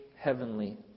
heavenly